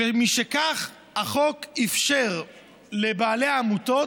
ומשכך, החוק אִפשר לבעלי העמותות,